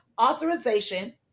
authorization